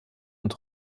und